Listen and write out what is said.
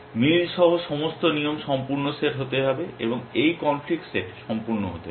মিল সহ সমস্ত নিয়ম সম্পূর্ণ সেট হতে হবে এই কনফ্লিক্ট সেট সম্পূর্ণ হতে হবে